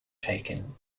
taken